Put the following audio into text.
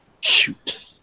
Shoot